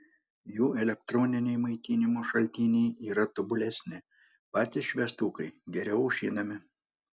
jų elektroniniai maitinimo šaltiniai yra tobulesni patys šviestukai geriau aušinami